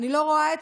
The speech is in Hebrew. ואתה יודע את